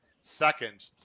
second